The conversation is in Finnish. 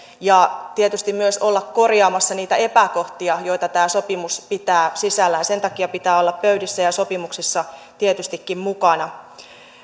ja tietysti myös olla korjaamassa niitä epäkohtia joita tämä sopimus pitää sisällään sen takia pitää olla pöydissä ja sopimuksissa tietystikin mukana